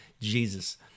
Jesus